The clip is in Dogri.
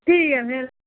ठीक ऐ फिर